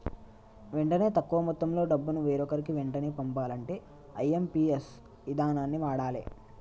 వెంటనే తక్కువ మొత్తంలో డబ్బును వేరొకరికి వెంటనే పంపాలంటే ఐ.ఎమ్.పి.ఎస్ ఇదానాన్ని వాడాలే